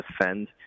defend